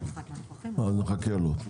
נחכה לו.